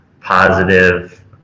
positive